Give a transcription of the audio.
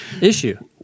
issue